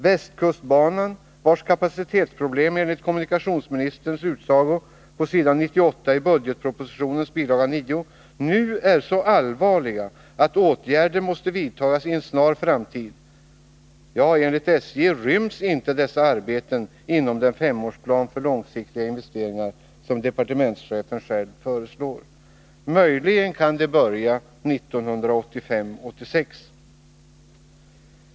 Västkustbanans kapacitetsproblem är nu enligt kommunikationsministerns utsago på s. 98 i budgetpropositionens bilaga 9 så allvarliga att åtgärder måste vidtas i en snar framtid. Ja, men enligt SJ ryms icke dessa arbeten inom den femårsplan för långsiktiga investeringar som departementschefen själv föreslår. Möjligen kan de börja 1985/86.